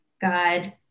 God